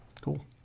cool